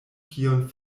kion